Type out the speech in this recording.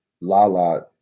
Lala